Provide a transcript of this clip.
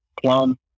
Plum